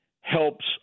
helps